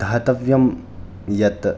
धातव्यं यत्